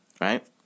right